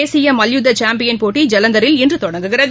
தேசிய மல்யுத்த சாம்பியன் போட்டி ஜலந்தரில் இன்று தொடங்குகிறது